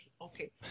okay